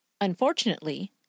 Unfortunately